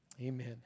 Amen